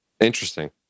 Interesting